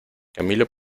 camilo